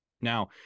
Now